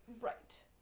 Right